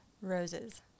Roses